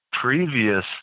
Previous